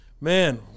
Man